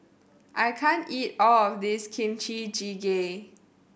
I can't eat all of this Kimchi Jjigae